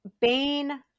Bane